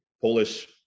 Polish